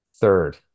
Third